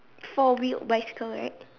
four wheeled bicycle right